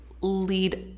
lead